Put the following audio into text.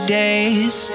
days